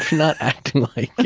not acting like it